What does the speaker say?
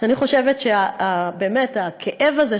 אני חושבת שהכאב הזה,